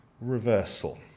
reversal